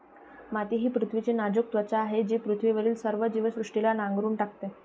माती ही पृथ्वीची नाजूक त्वचा आहे जी पृथ्वीवरील सर्व जीवसृष्टीला नांगरून टाकते